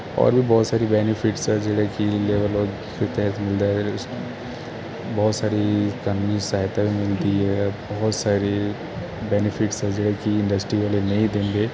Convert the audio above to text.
ਔਰ ਵੀ ਬਹੁਤ ਸਾਰੀ ਬੈਨੀਫਿਟਸ ਆ ਜਿਹੜੇ ਕਿ ਲੇਵਰ ਲੋਅ ਦੇ ਤਹਿਤ ਹੁੰਦਾ ਹੈ ਇਸ ਬਹੁਤ ਸਾਰੀ ਕਾਨੂੰਨੀ ਸਹਾਇਤਾ ਵੀ ਮਿਲਦੀ ਹੈ ਬਹੁਤ ਸਾਰੇ ਬੈਨੀਫਿਟਸ ਆ ਜਿਹੜੇ ਕਿ ਇੰਡਸਟਰੀ ਵਾਲੇ ਨਹੀਂ ਦਿੰਦੇ